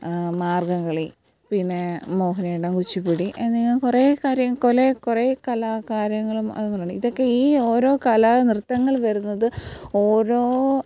മാർഗ്ഗംകളി പിന്നെ മോഹിനിയാട്ടം കുച്ചിപ്പുടി എന്നിങ്ങനെ കുറേ കാര്യം കുറേ കുറേ കലാകാര്യങ്ങളും അതുപോലെതന്നെ ഇതൊക്കെ ഈ ഓരോ കലാ നൃത്തങ്ങൾ വരുന്നത് ഓരോ